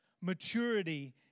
Maturity